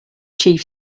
chief